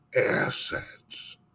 assets